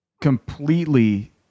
completely